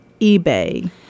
eBay